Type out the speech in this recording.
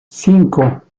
cinco